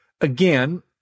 again